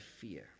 fear